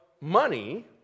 money